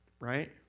right